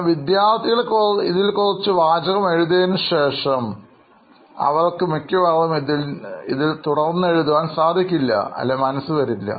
എന്നാൽ വിദ്യാർഥികൾ ഇതിൽ കുറച്ചു വാചകം എഴുതിയതിനു ശേഷം അവർക്ക് മിക്കവാറും ഇതിൽ തുടർന്നെഴുതാൻ സാധിക്കില്ല അല്ലെങ്കിൽ മനസ്സ് വരില്ല